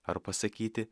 ar pasakyti